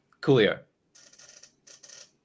coolio